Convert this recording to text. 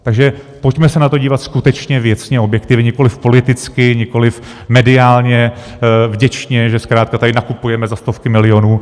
Takže pojďme se na to dívat skutečně věcně a objektivně, nikoliv politicky, nikoliv mediálně vděčně, že zkrátka tady nakupujeme za stovky milionů.